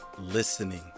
listening